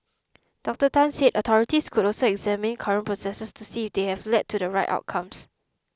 Dr Tan said authorities could also examine current processes to see if they have led to the right outcomes